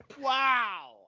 Wow